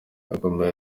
yakomeje